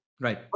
right